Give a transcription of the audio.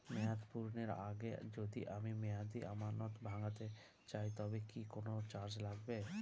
মেয়াদ পূর্ণের আগে যদি আমি মেয়াদি আমানত ভাঙাতে চাই তবে কি কোন চার্জ লাগবে?